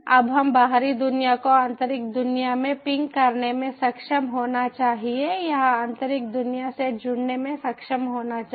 अब इस बाहरी दुनिया को आंतरिक दुनिया में पिंग करने में सक्षम होना चाहिए या आंतरिक दुनिया से जुड़ने में सक्षम होना चाहिए